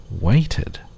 waited